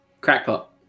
Crackpot